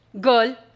girl